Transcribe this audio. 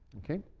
okay?